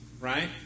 Right